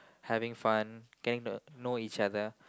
having fun getting to know each other